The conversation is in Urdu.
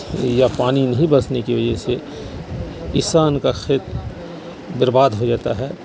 یا پانی نہیں برسنے کی وجہ سے کسان کا کھیت برباد ہو جاتا ہے